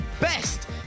best